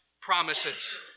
promises